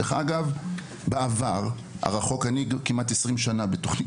דרך אגב, בעבר הרחוק ואני כמעט 20 שנה בתוכנית